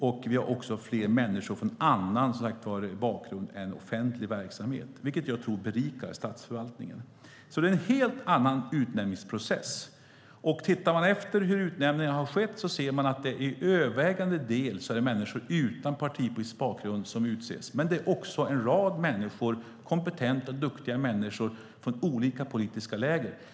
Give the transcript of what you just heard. Det är också fler människor med annan bakgrund än offentlig verksamhet. Jag tror att det berikar statsförvaltningen. Det är en helt annan utnämningsprocess. Om man tittar på hur utnämningarna har skett ser man att det övervägande är människor utan partipolitisk bakgrund som utses. Det är också en rad kompetenta och duktiga människor från olika politiska läger.